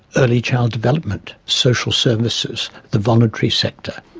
early child development, social services, the voluntary sector,